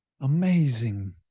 amazing